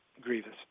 grievous